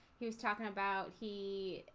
he was talking about he